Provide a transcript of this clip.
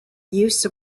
use